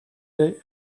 they